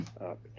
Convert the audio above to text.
up